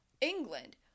england